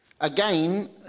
Again